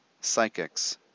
psychics